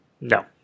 No